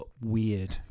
weird